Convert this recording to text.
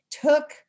took